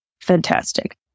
fantastic